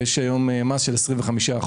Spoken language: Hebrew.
יש היום מס של 25%